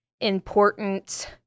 important